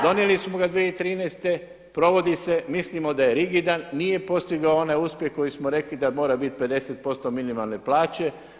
Donijeli smo ga 2013. provodi se mislimo da je rigidan, nije postigao onaj uspjeh koji smo rekli da mora biti 50% minimalne plaće.